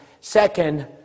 second